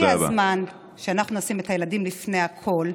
הגיע הזמן שאנחנו נשים את הילדים לפני הכול,